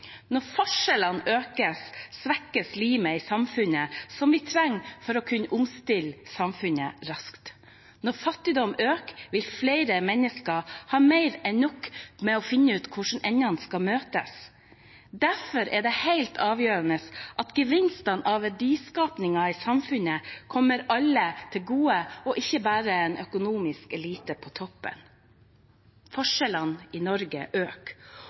Når forskjellene øker, svekkes limet i samfunnet som vi trenger for å kunne omstille samfunnet raskt. Når fattigdommen øker, vil flere mennesker ha mer enn nok med å finne ut hvordan de skal få endene til å møtes. Derfor er det helt avgjørende at gevinstene av verdiskapingen i samfunnet kommer alle til gode, ikke bare en økonomisk elite på toppen. Forskjellene i Norge øker,